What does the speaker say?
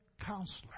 counselor